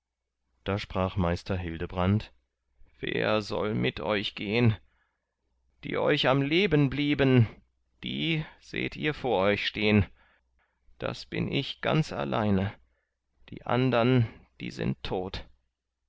da sprach meister hildebrand wer soll mit euch gehn die euch am leben blieben die seht ihr vor euch stehn das bin ich ganz alleine die andern die sind tot